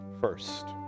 first